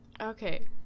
okay